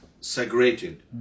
segregated